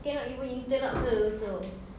cannot even interrupt her also